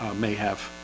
may have